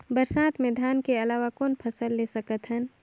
बरसात मे धान के अलावा कौन फसल ले सकत हन?